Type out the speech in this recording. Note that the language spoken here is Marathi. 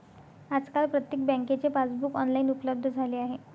आजकाल प्रत्येक बँकेचे पासबुक ऑनलाइन उपलब्ध झाले आहे